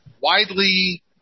widely